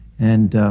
and